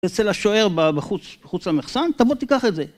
אצל השוער בחוץ, בחוץ למחסן, תבוא תיקח את זה.